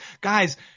guys